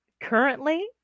currently